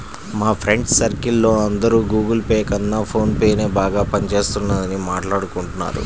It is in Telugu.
మా ఫ్రెండ్స్ సర్కిల్ లో అందరూ గుగుల్ పే కన్నా ఫోన్ పేనే బాగా పని చేస్తున్నదని మాట్టాడుకుంటున్నారు